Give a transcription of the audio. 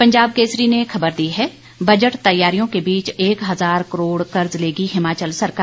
पंजाब केसरी ने खबर दी है बजट तैयारियों के बीच एक हजार करोड़ कर्ज लेगी हिमाचल सरकार